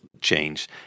change